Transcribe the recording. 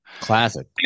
Classic